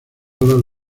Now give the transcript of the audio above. olas